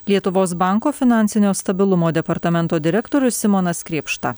lietuvos banko finansinio stabilumo departamento direktorius simonas krėpšta